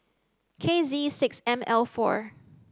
K Z six M L four